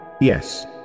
Yes